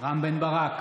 רם בן ברק,